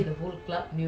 oh my god